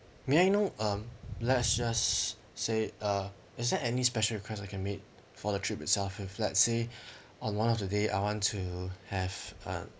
may I know um let's just say uh is there any special request I can make for the trip itself if let's say on one of the day I want to have an